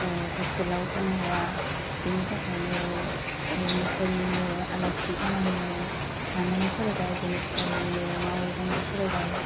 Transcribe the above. ओह हस्टेलाव थानो हाया बेनि थाखायनो ओह नखरनिनो आलासि जानायनियाव थानानै फरायबाय बिनिफ्रायनो मावै दाङै फरायबाय